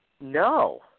No